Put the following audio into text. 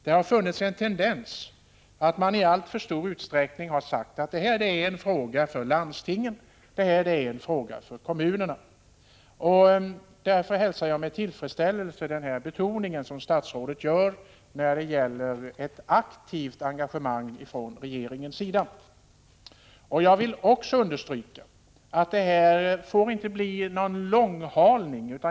Det har funnits en tendens att i alltför stor utsträckning säga att det här är en fråga för landstingen, det här är en fråga för kommunerna. Därför hälsar jag med tillfredsställelse statsrådets betoning när det gäller ett aktivt engagemang från regeringens sida. Låt mig vidare understryka att det inte får bli fråga om någon långhalning.